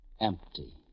Empty